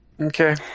Okay